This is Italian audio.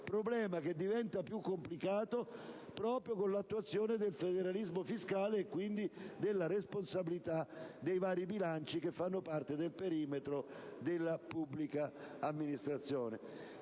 problema che diventa più complicato proprio con l'attuazione del federalismo fiscale e quindi della responsabilità dei vari bilanci che fanno parte del perimetro della pubblica amministrazione.